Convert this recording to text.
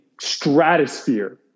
stratosphere